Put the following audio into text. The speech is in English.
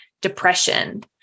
depression